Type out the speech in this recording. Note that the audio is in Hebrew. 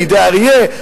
מידי האריה,